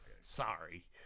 sorry